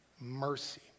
mercy